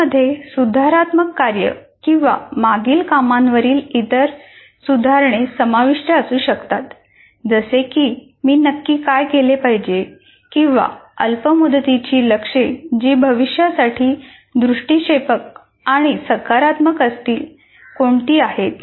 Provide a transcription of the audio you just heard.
मिशनमध्ये सुधारात्मक कार्य किंवा मागील कामांवरील इतर सुधारणे समाविष्ट असू शकतात जसे की मी नक्की काय केले पाहिजे किंवा अल्प मुदतीची लक्ष्ये जी भविष्यासाठी दृष्टीक्षेपक आणि सकारात्मक असतील कोणती आहेत